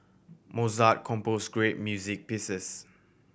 Mozart compose great music pieces